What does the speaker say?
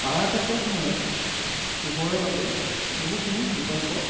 power কাটৰ সময়ত পোহৰৰ বাবে বহুসমূহ বিকল্প